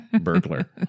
Burglar